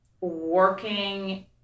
working